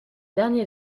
dernier